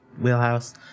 wheelhouse